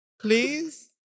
please